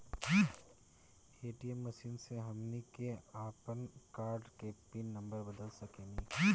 ATM machine से हमनी के आपन कार्ड के पिन नम्बर बदल सके नी